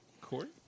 Court